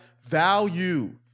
value